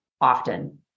often